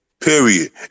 Period